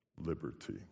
liberty